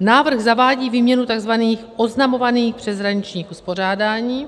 Návrh zavádí výměnu tzv. oznamovaných přeshraničních uspořádání,